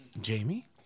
Jamie